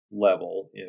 level